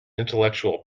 intellectual